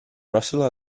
russell